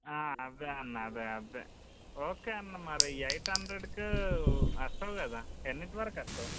అదే అన్న అదే అదే ఓకే అన్న మరి ఎయిట్ హండ్రెడ్కు వస్తావు కదా అన్న ఎన్నింటి వరకు వస్తావు